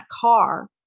car